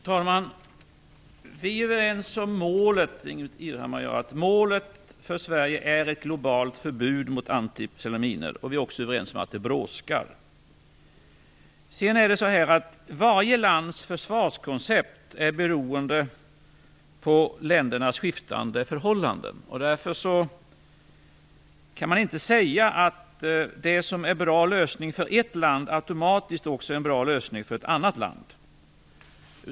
Fru talman! Vi är överens om målet, Ingbritt Irhammar och jag. Målet för Sverige är ett globalt förbud mot antipersonella minor. Vi är också överens om att det brådskar. Varje lands försvarskoncept är beroende av ländernas skiftande förhållanden. Därför kan man inte säga att det som är en bra lösning för ett land automatiskt också är en bra lösning för ett annat land.